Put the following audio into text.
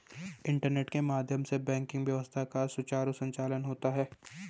internet के माध्यम से बैंकिंग व्यवस्था का सुचारु संचालन होता है